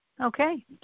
Okay